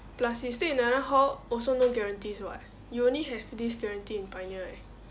plus you stay in another hall also no guarantees [what] you only have this guarantee in pioneer eh